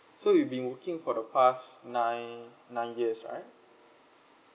so you've been working for the past nine nine years right